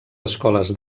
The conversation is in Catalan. escoles